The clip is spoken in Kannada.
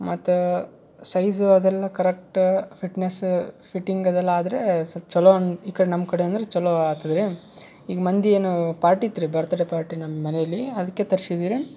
ಮತ್ತು ಸೈಝ ಅದೆಲ್ಲ ಕರೆಕ್ಟ ಫಿಟ್ನೆಸ್ಸ ಫಿಟ್ಟಿಂಗ್ ಅದೆಲ್ಲ ಆದರೆ ಸೊಲ್ಪ ಚಲೋ ಅನ್ ಈ ಕಡೆ ನಮ್ಮ ಕಡೆ ಅಂದರೆ ಚಲೋ ಆಗ್ತದೆ ರೀ ಈಗ ಮಂದಿ ಏನೋ ಪಾರ್ಟಿ ಇತ್ತು ರೀ ಬರ್ತ್ಡೇ ಪಾರ್ಟಿ ನಮ್ಮ ಮನೆಯಲ್ಲಿ ಅದಕ್ಕೆ ತರ್ಸಿದ್ದೀವಿ ರೀ